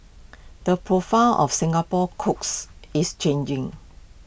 the profile of Singapore's cooks is changing